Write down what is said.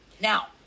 now